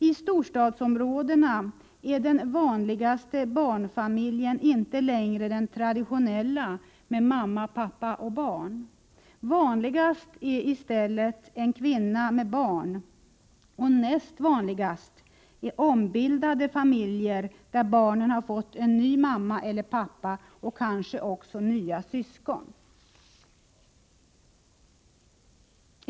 I storstadsområdena är den vanligaste barnfamiljen inte längre den traditionella med mamma, pappa och barn. Vanligast är i stället en kvinna med barn, och näst vanligast är ombildade familjer där barnen har fått en ny mamma eller pappa och kanske också nya syskon.